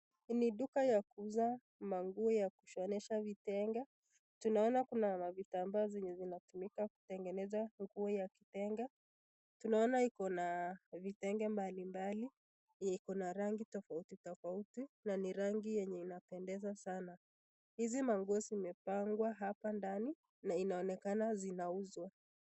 Ni duka ya kuuza manguo ya kushonesha vitenge, tunaona kuna mavitambaa zenye zinatumika kutengeneza nguo ya kitenge, tunaona iko na vitenge mbalimbali yenye iko na rangi tofauti tofauti na ni rangi yenye inapendeza sana, hizi manguo zimepangwa hapa ndani na inaonekana zinauzwa.